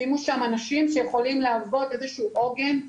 שימו שם אנשים שיכולים להוות איזה שהוא עוגן,